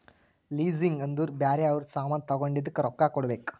leasing ಅಂದುರ್ ಬ್ಯಾರೆ ಅವ್ರ ಸಾಮಾನ್ ತಗೊಂಡಿದ್ದುಕ್ ರೊಕ್ಕಾ ಕೊಡ್ಬೇಕ್